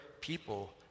people